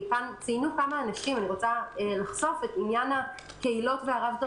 ציינו כמה אנשים אני רוצה לחשוף את עניין הקהילות והרב-תרבותיות.